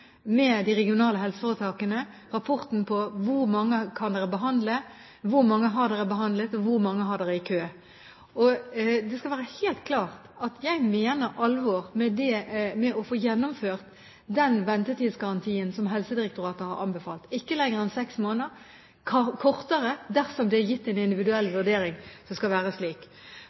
med de regionale helseforetakene gjennom rapporten på hvor mange de kan behandle, hvor mange de har behandlet, og hvor mange de har i kø. Det skal være helt klart at jeg mener alvor med å få gjennomført den ventetidsgarantien som Helsedirektoratet har anbefalt, ikke lenger enn seks måneder, og kortere dersom det er gitt en individuell vurdering av at det skal være slik.